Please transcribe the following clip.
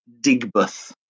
Digbeth